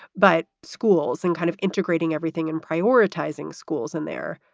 but schools and kind of integrating everything and prioritizing schools in there,